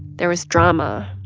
there was drama,